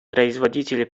производители